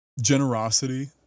generosity